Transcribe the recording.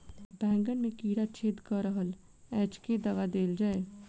बैंगन मे कीड़ा छेद कऽ रहल एछ केँ दवा देल जाएँ?